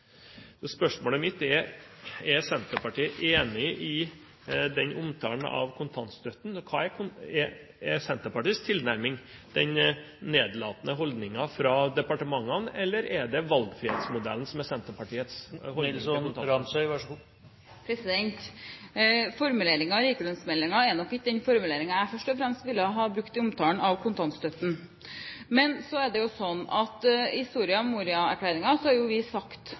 arbeid.» Spørsmålet mitt er: Er Senterpartiet enig i den omtalen av kontantstøtten, og hva er Senterpartiets tilnærming til den nedlatende holdningen fra departementene, er det valgfrihetsmodellen som er Senterpartiets holdning til kontantstøtten? Formuleringene i likelønnsmeldingen er nok ikke de formuleringene jeg først og fremst ville ha brukt i omtalen av kontantstøtten. Så er det sånn at i Soria Moria-erklæringen har vi sagt